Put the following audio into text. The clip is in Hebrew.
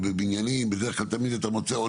ובבניינים אתה בדרך כלל תמיד מוצא עוד